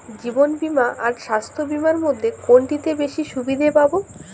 জীবন বীমা আর স্বাস্থ্য বীমার মধ্যে কোনটিতে বেশী সুবিধে পাব?